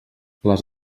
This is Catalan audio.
les